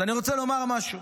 אז אני רוצה לומר משהו.